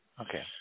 okay